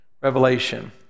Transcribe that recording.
Revelation